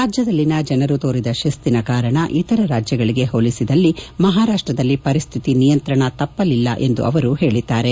ರಾಜ್ಯದಲ್ಲಿನ ಜನರು ತೋರಿದ ಶಿಶ್ತಿನ ಕಾರಣ ಇತರ ರಾಜ್ಯಗಳಿಗೆ ಹೋಲಿಸಿದಲ್ಲಿ ಮಹಾರಾಷ್ವದಲ್ಲಿ ಪರಿಶ್ತಿತಿ ನಿಯಂತ್ರಣ ತಪ್ಪಲಿಲ್ಲ ಎಂದು ಅವರು ಹೇಳಿದ್ದಾರೆ